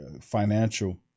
financial